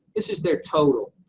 this is their total.